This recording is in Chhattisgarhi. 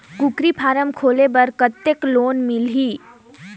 कूकरी फारम खोले बर कतेक लोन मिलही?